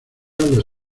los